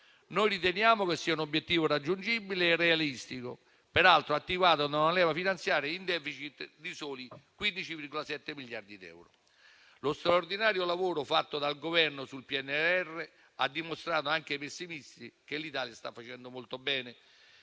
Noi riteniamo che sia un obiettivo raggiungibile e realistico, attivato peraltro da una leva finanziaria in *deficit* di soli 15,7 miliardi di euro. Lo straordinario lavoro fatto dal Governo sul PNRR ha dimostrato anche ai pessimisti che l'Italia sta facendo molto bene.